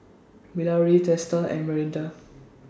Bilahari Teesta and Manindra